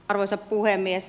arvoisa puhemies